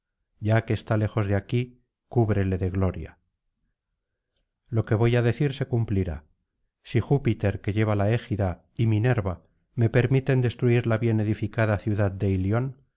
ya que está lejos de aquí cúbrele de gloria lo que voy á decir se cumplirá si júpiter que lleva la égida y minerva me permiten destruir la bien edificada ciudad de ilion